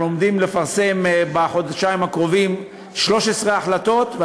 אנחנו עומדים לפרסם בחודשיים הקרובים 13 החלטות,